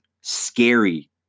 scary